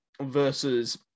versus